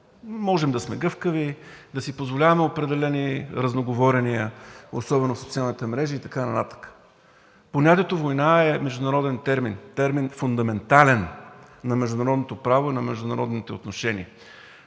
можем да сме гъвкави, да си позволяваме определени разноговорения, особено в социалните мрежи и така нататък. Понятието „война“ е международен термин – термин фундаментален на международното право и международните отношения.